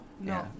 no